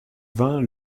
vingts